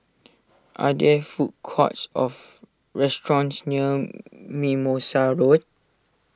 are there food courts of restaurants near Mimosa Road